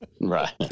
right